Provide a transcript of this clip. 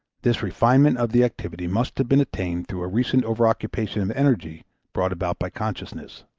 this refinement of the activity must have been attained through a recent over-occupation of energy brought about by consciousness.